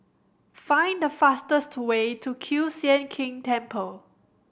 find the fastest way to Kiew Sian King Temple